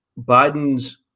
Biden's